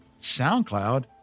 SoundCloud